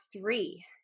three